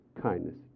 kindness